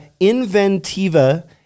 inventiva